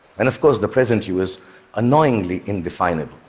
and of course, the present you is annoyingly indefinable.